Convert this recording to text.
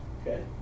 Okay